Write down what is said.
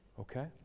Okay